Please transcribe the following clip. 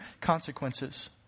consequences